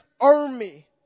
army